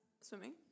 swimming